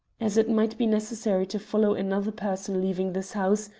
as it might be necessary to follow another person leaving this house,